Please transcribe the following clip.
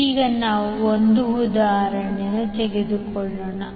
ಈಗ ನಾವು 1 ಉದಾಹರಣೆಯನ್ನು ತೆಗೆದುಕೊಳ್ಳೋಣ